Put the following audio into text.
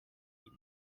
ihn